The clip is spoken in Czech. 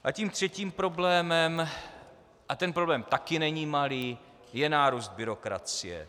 A třetím problémem, a ten problém taky není malý, je nárůst byrokracie.